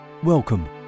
Welcome